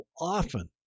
often